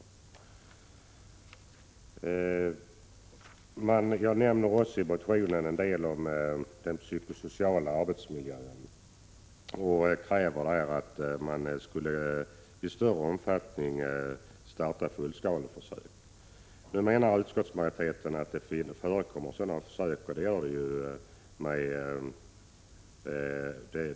I min motion nämner jag också en del om den psykosociala arbetsmiljön och kräver att man i större omfattning startar fullskaleförsök. Utskottsmajoriteten framhåller att det förekommer sådan försöksverksamhet, och det gör det ju.